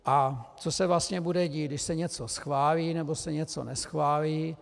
A co se vlastně bude dít, když se něco schválí, nebo se něco neschválí?